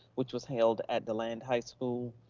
which was held at deland high school.